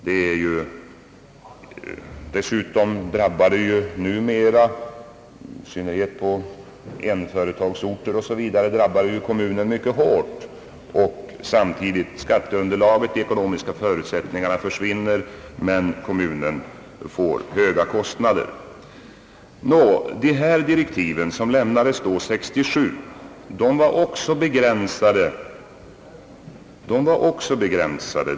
Därigenom drabbas numera kommunen mycket hårt, i synperhet på enföretagsorter. Skatteunderlaget och därmed de ekonomiska förutsättningarna försvinner, men kommunen får höga kostnader. De direktiv som lämnades 1967 var också begränsade.